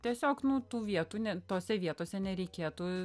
tiesiog nu tų vietų ne tose vietose nereikėtų